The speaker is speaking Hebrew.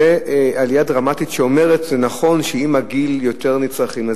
זה נכון שעם הגיל יותר נצרכים,